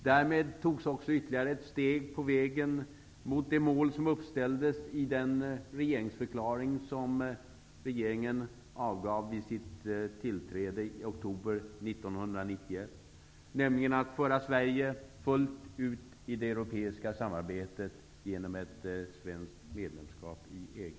Därmed togs också ytterligare ett steg på vägen mot de mål som uppställdes i den regeringsförklaring som regeringen avgav vid sitt tillträde i oktober 1991, nämligen att föra Sverige fullt ut i det europeiska samarbetet genom ett svenskt medlemskap i EG.